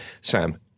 Sam